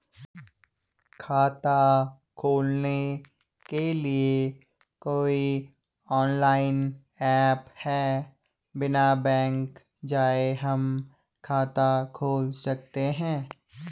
खाता खोलने के लिए कोई ऑनलाइन ऐप है बिना बैंक जाये हम खाता खोल सकते हैं?